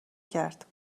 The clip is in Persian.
کرد